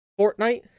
Fortnite